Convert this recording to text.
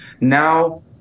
Now